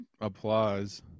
applause